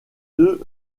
deux